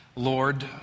Lord